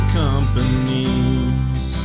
companies